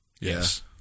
Yes